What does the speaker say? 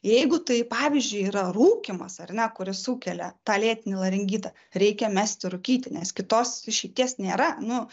jeigu tai pavyzdžiui yra rūkymas ar ne kuris sukelia tą lėtinį laringitą reikia mesti rūkyti nes kitos išeities nėra nu